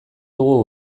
dugu